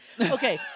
Okay